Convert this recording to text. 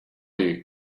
you